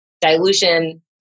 dilution